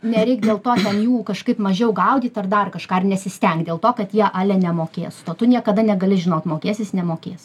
nereik dėlto ten jų kažkaip mažiau gaudyt ar dar kažką nesistenkt dėl to kad jie ale nemokės to tu niekada negali žinot mokės jis ar nemokės